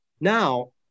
Now